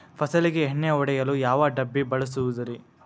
ಫಸಲಿಗೆ ಎಣ್ಣೆ ಹೊಡೆಯಲು ಯಾವ ಡಬ್ಬಿ ಬಳಸುವುದರಿ?